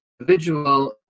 individual